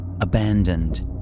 abandoned